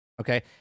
Okay